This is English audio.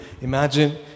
Imagine